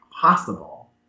possible